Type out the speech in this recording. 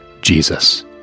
Jesus